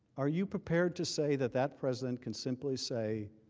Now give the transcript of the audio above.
are you prepared to say that that president can simply say